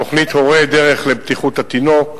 תוכנית הורי דרך לבטיחות התינוק,